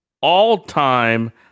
all-time